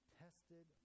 tested